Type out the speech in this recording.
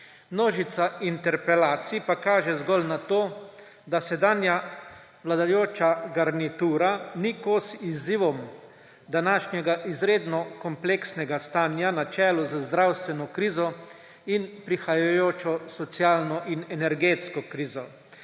Množica interpelacij pa kaže zgolj na to, da sedanja vladajoča garnitura ni kos izzivom današnjega izredno kompleksnega stanja, na čelu z zdravstveno krizo in prihajajočo socialno in energetsko krizo;